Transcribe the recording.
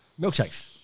Milkshakes